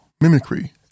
mimicry